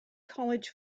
college